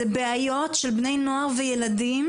אלה בעיות של בני נוער וילדים